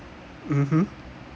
mmhmm